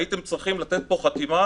הייתם צריכים לתת פה חתימה,